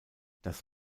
das